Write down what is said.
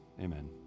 Amen